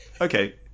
Okay